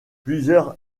plusieurs